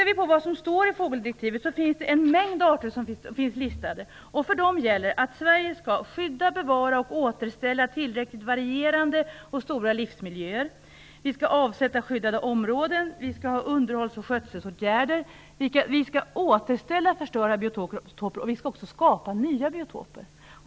I fågeldirektivet finns en mängd arter listade. För dem gäller att Sverige skall skydda, bevara och återställa tillräckligt varierande och stora livsmiljöer. Vi skall avsätta skyddade områden. Vi skall ha underhålls och skötselåtgärder. Vi skall återställa förstörda biotoper, och vi skall också skapa nya biotoper.